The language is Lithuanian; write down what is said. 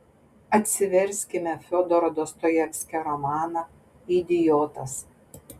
atsiverskime fiodoro dostojevskio romaną idiotas